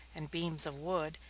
and beams of wood,